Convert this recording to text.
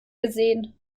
gesehen